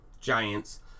giants